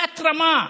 תת-רמה,